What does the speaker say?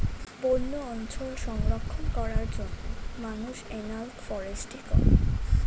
বন্য অঞ্চল সংরক্ষণ করার জন্য মানুষ এনালগ ফরেস্ট্রি করে